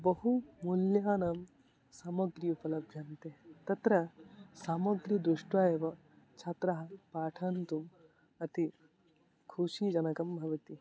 बहु मूल्यानां सामग्र्यः उपलभ्यन्ते तत्र सामग्रीं द्रुष्ट्वा एव छात्राः पठन्तु अति खूशिजनकं भवति